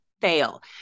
fail